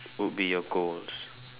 would be your goals